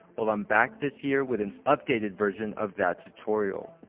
well, i'm back this year with an updated version of that tutorial.